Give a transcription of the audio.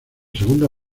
segunda